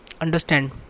Understand